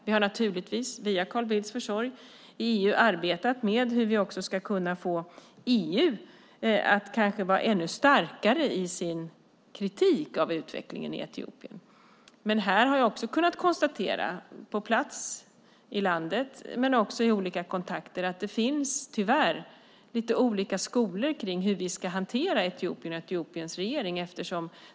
Vi har via Carl Bildts försorg i EU arbetat med hur vi ska kunna få EU att vara ännu starkare i sin kritik av utveckling i Etiopien. Men här har jag också kunna konstatera, på plats i landet och i olika kontakter, att det tyvärr finns lite olika skolor för hur vi ska hantera Etiopien och landets regering.